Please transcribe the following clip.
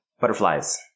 Butterflies